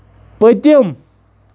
پٔتِم